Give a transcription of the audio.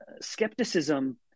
skepticism